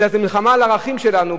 אלא זה מלחמה על הערכים שלנו.